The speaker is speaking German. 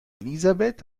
elisabeth